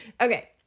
okay